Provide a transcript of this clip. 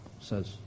says